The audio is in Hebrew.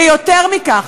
ויותר מכך,